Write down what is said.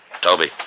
Toby